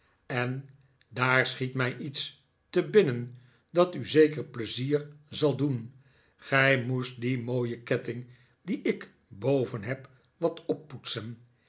en daar schiet mij iets te binnen dat u zeker pleizier zal doen gij moest dien mooien ketting dien ik boven heb wat oppoetsen